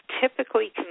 typically